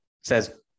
says